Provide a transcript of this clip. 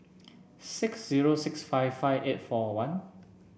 six zero six five five eight four one